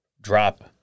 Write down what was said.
drop